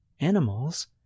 animals